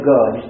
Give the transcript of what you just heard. God